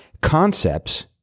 Concepts